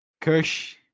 Kush